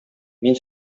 мин